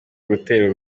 gutera